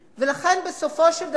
לכן, בסופו של דבר,